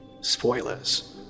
spoilers